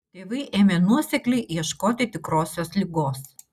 tėvai ėmė nuosekliai ieškoti tikrosios ligos